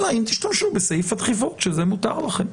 אלא אם תשתמשו בסעיף הדחיפות, שזה מותר לכם.